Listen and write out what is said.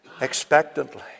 expectantly